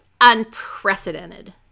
unprecedented